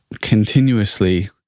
continuously